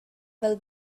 will